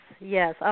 yes